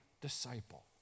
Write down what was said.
disciple